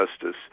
Justice